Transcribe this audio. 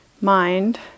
mind